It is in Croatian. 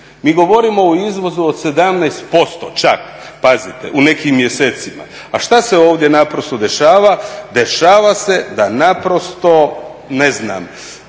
Mi govorio o izvozu od 17% čak pazite u nekim mjesecima. A šta se ovdje naprosto dešava, dešava se da naprosto, ne znam